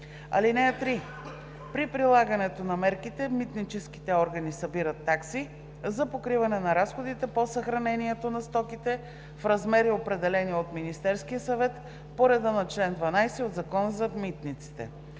(3) При прилагането на мерките митническите органи събират такси за покриване на разходите по съхранението на стоките в размери, определени от Министерския съвет по реда на чл. 12 от Закона за митниците.“